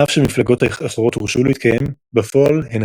אף שמפלגות אחרות הורשו להתקיים בפועל הן